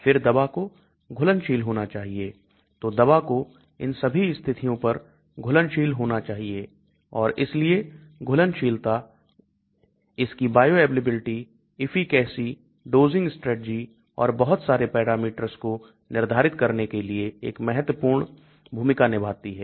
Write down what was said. फिर दवा को घुलनशील होना चाहिए तो दवा को इन सभी स्थितियों पर घुलनशील होना चाहिए और इसलिए घुलनशीलता इसकी बायोअवेलेबिलिटी efficacy dosing strategy और बहुत सारे पैरामीटर्स को निर्धारित करने के लिए एक बहुत महत्वपूर्ण भूमिका निभाती है